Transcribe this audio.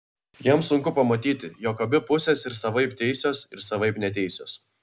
jiems sunku pamatyti jog abi pusės ir savaip teisios ir savaip neteisios